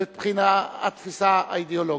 מבחינת התפיסה האידיאולוגית.